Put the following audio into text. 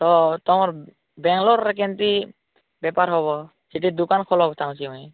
ତ ତୁମର ବ୍ୟାଙ୍ଗଲୋରରେ କେମିତି ବେପାର ହେବ ସେଠି ଦୋକନ ଖୋଲିବାକୁ ଚାହୁଁଛି ମୁଁ